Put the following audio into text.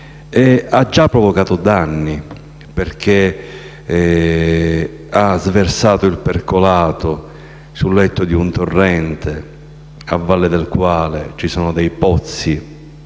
ha già provocato danni, avendo sversato il percolato sul letto di un torrente, a valle del quale vi sono dei pozzi